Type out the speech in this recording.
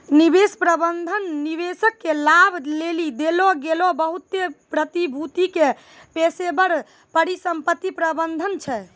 निवेश प्रबंधन निवेशक के लाभ लेली देलो गेलो बहुते प्रतिभूति के पेशेबर परिसंपत्ति प्रबंधन छै